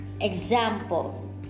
Example